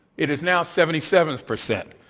it is now seventy seven percent.